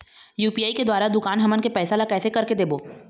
UPI के द्वारा दुकान हमन के पैसा ला कैसे कर के देबो?